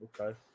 okay